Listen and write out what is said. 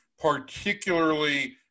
particularly